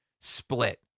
split